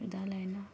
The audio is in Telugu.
విధాలైన